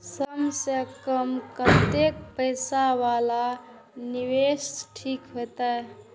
कम से कम कतेक पैसा वाला निवेश ठीक होते?